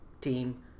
team